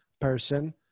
person